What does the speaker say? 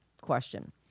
question